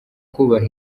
kubaha